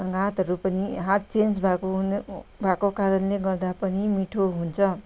हातहरू पनि हात चेन्ज भएको हुन् भएको कारणले गर्दा पनि मिठो हुन्छ